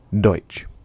Deutsch